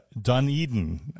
Dunedin